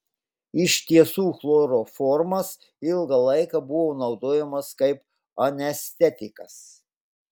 iš tiesų chloroformas ilgą laiką buvo naudojamas kaip anestetikas